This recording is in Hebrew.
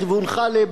לכיוון חאלב.